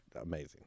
amazing